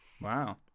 Wow